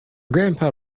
grandpa